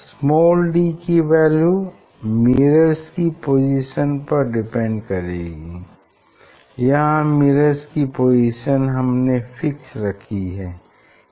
small d की value mirrors की position पर डिपेंड करेगी यहाँ मिरर्स की पोजीशन हमने फिक्स रखी है